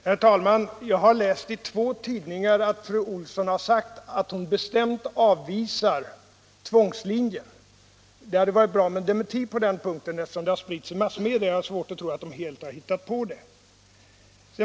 Herr talman! Jag har läst i två tidningar att statsrådet Olsson har sagt att hon bestämt avvisar tvångslinjen. Det hade varit bra att få en dementi på den punkten, eftersom uppgiften har spritts i massmedia — jag har svårt att tro att man där har hittat på detta.